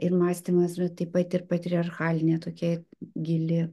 ir mąstymas bet taip pat ir patriarchalinę tokia gili